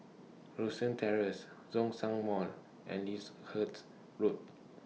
Rosyth Terrace Zhongshan Mall and Lyndhurst Road